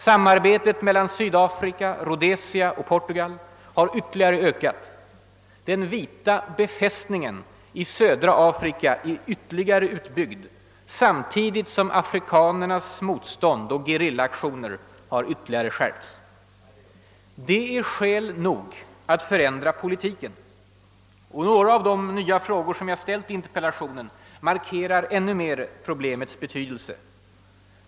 Samarbetet mellan Sydafrika, Rhodesia och Portugal har ökat. Den vita befästningen i södra Afrika är ytterligare utbyggd, samtidigt som afrikanernas motstånd och gerillaaktioner har ännu mer skärpts. Detta är anledning nog att förändra politiken. Och några av de nya frågor jag har ställt i interpellationen markerar ännu mer problemets betydelse.